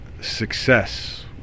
success